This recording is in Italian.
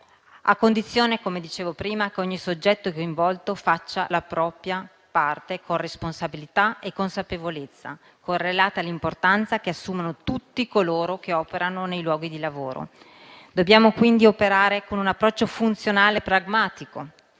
a condizione - come dicevo prima - che ogni soggetto coinvolto faccia la propria parte con responsabilità e consapevolezza, correlata all'importanza che assumono tutti coloro che operano nei luoghi di lavoro. Dobbiamo quindi operare con un approccio funzionale e pragmatico,